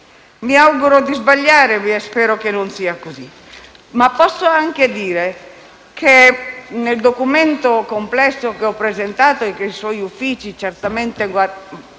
Mi auguro di sbagliare e spero che non sia così. Posso anche dire che nel documento complesso che ho presentato, e che i suoi uffici, signor